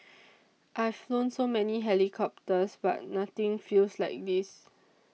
I've flown so many helicopters but nothing feels like this